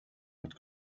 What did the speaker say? hat